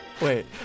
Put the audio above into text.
Wait